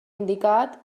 indicat